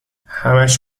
همش